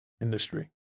industry